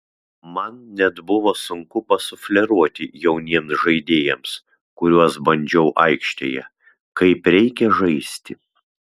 man net buvo sunku pasufleruoti jauniems žaidėjams kuriuos bandžiau aikštėje kaip reikia žaisti